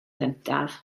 gyntaf